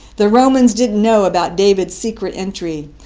the romans didn't know about david's secret entry,